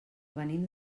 venim